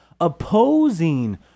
opposing